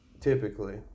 typically